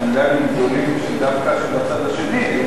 אחרת היו פה סקנדלים גדולים של הצד השני.